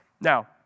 Now